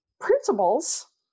principles